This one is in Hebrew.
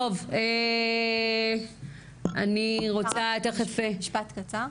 טוב, אני רוצה תיכף --- אפשר משפט קצר?